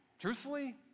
truthfully